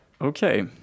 Okay